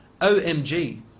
OMG